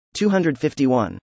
251